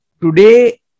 today